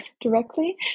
directly